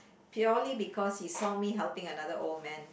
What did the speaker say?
purely because he saw me helping another old man